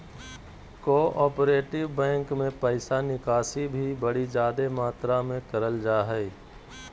cooperative bank मे पैसा निकासी भी बड़ी जादे मात्रा मे करल जा हय